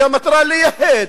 כי המטרה לייהד.